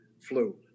flu